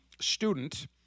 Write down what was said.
student